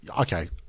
okay